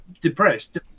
depressed